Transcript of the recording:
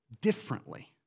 differently